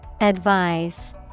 Advise